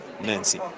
Nancy